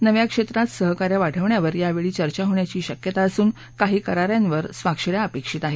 नव्या क्षेत्रात सहकार्य वाढवण्यावर यावेळी चर्चा होण्याची शक्यता असून काही करारांवर स्वाक्षऱ्या अपेक्षित आहेत